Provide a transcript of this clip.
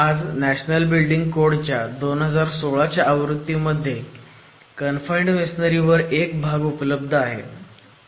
आज national building कोडच्या 2016च्या आवृत्ती मध्ये कनफाईण्ड मेसोनरी वर एक भाग उपलब्ध आहे